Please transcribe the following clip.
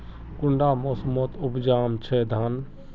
कुंडा मोसमोत उपजाम छै धान?